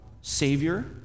Savior